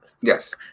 Yes